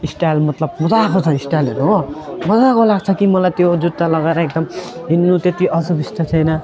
style मतलब मजाको छ स्टाइलहरू हो मजाको लाग्छ कि मलाई त्यो जुत्ता लगाएर एकदम हिँड्नु त्यति असुविस्ता छैन